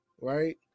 right